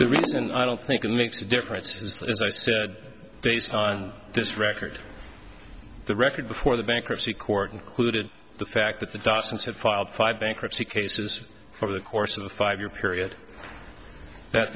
the reason i don't think it makes a difference is that as i said based on this record the record before the bankruptcy court included the fact that the dawsons had filed five bankruptcy cases over the course of the five year period that